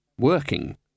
working